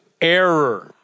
error